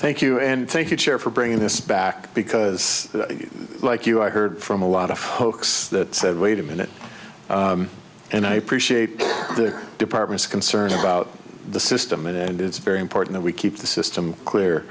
thank you and thank you chair for bringing this back because like you i heard from a lot of folks that said wait a minute and i appreciate the department's concern about the system and it's very important that we keep the system cl